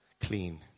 clean